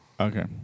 Okay